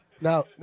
now